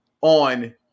on